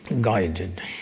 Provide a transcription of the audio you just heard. guided